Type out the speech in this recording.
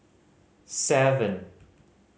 seven